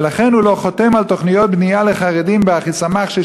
ולכן הוא לא חותם על תוכניות בנייה באחיסמך לחרדים